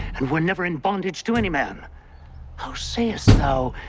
and were never in bondage to any man how sayest thou,